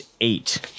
eight